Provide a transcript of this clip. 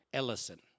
Ellison